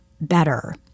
better